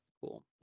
Cool